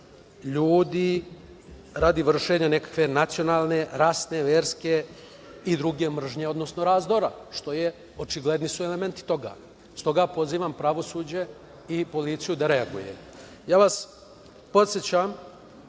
ljudi radi vršenja nekakve nacionalne, rasne, verske i druge mržnje, odnosno razdora. Očigledni su elementi toga. Stoga pozivam pravosuđe i policiju da reaguje. Podsećam